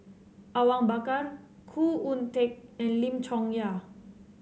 Awang Bakar Khoo Oon Teik and Lim Chong Yah